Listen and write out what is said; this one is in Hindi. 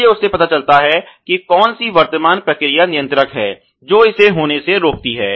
इसलिए उससे पता चलता है कि कौन सी वर्तमान प्रक्रिया नियंत्रक है जो इसे होने से रोकती है